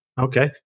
Okay